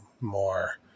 more